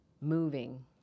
Moving